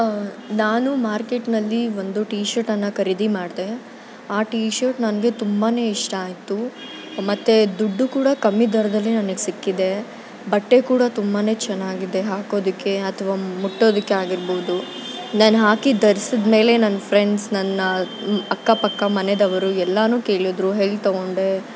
ನಾನು ಮಾರ್ಕೆಟ್ನಲ್ಲಿ ಒಂದು ಟಿ ಶರ್ಟನ್ನು ಖರೀದಿ ಮಾಡಿದೆ ಆ ಟಿ ಶರ್ಟ್ ನನಗೆ ತುಂಬಾ ಇಷ್ಟ ಆಯಿತು ಮತ್ತು ದುಡ್ಡು ಕೂಡ ಕಮ್ಮಿ ದರದಲ್ಲೇ ನನಗ್ ಸಿಕ್ಕಿದೆ ಬಟ್ಟೆ ಕೂಡ ತುಂಬ ಚೆನ್ನಾಗಿದೆ ಹಾಕೋದಕ್ಕೆ ಅಥವಾ ಮುಟ್ಟೋದಕ್ಕೆ ಆಗಿರ್ಬೋದು ನಾನು ಹಾಕಿ ಧರ್ಸಿದ ಮೇಲೆ ನನ್ನ ಫ್ರೆಂಡ್ಸ್ ನನ್ನ ಅಕ್ಕಪಕ್ಕ ಮನೆಯವ್ರು ಎಲ್ಲನೂ ಕೇಳಿದ್ರು ಎಲ್ ತೊಗೊಂಡೆ